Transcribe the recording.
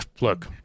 look